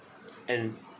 and